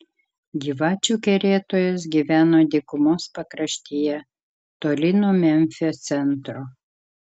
gyvačių kerėtojas gyveno dykumos pakraštyje toli nuo memfio centro